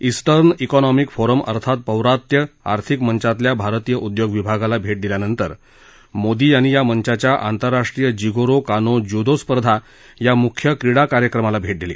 eastern Economic Forum अर्थात पौर्वात्य आर्थिक मंचातल्या भारतीय उद्योग विभागाला भेट दिल्यानंतर मोदी यांनी या मंचाच्या आंतरराष्ट्रीय जिगोरो कानो ज्युदो स्पर्धा या मुख्य क्रीडा कार्यक्रमाला भेट दिली